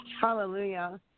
Hallelujah